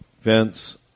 Vince